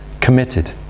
committed